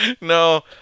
No